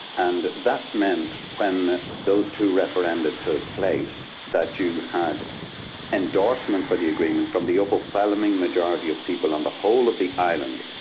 and that meant, when those two referenda took place, that you had endorsement for the agreement from the overwhelming majority of people on the whole of the island.